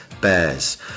Bears